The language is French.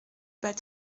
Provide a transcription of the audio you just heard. bas